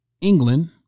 England